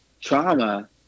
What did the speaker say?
trauma